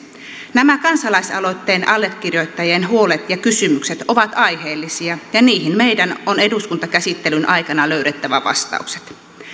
nämä kansalaisaloitteen allekirjoittajien huolet ja kysymykset ovat aiheellisia ja niihin meidän on eduskuntakäsittelyn aikana löydettävä vastaukset